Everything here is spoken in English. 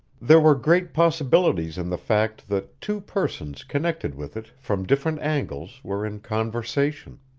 there were great possibilities in the fact that two persons connected with it from different angles were in conversation.